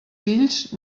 fills